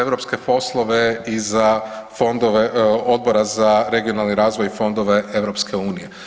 europske poslove i za fondove, Odbora za regionalni razvoj i fondove EU.